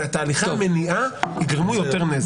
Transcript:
ותהליכי המניעה יגרמו יותר נזק.